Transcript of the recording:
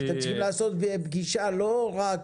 אתם צריכים לעשות פגישה לא רק